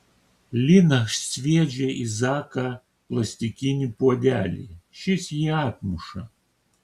lina sviedžia į zaką plastikinį puodelį šis jį atmuša